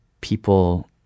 people